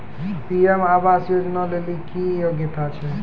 PM आवास योजना लेली की योग्यता छै?